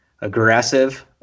aggressive